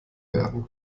werden